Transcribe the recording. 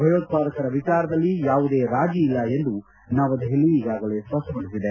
ಭಯೋತ್ವಾದಕರ ವಿಚಾರದಲ್ಲಿ ಯಾವುದೇ ರಾಜಿಯಿಲ್ಲ ಎಂದು ನವದೆಹಲಿ ಈಗಾಗಲೇ ಸ್ವಷ್ಷಪಡಿಸಿದೆ